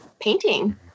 painting